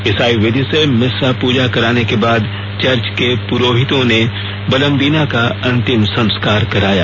ईसाई विधि से मिस्सा पूजा कराने के बाद चर्च के पुरोहितों ने बलमदीना का अंतिम संस्कार कराया